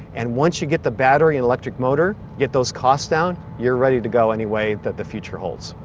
and once you get the battery and electric motor, get those costs down, you are ready to go any way that the future holds.